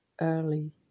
early